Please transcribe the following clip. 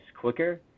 quicker